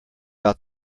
out